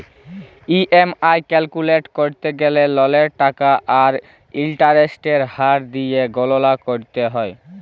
EMI calculate ক্যরতে গ্যালে ললের টাকা আর ইলটারেস্টের হার দিঁয়ে গললা ক্যরতে হ্যয়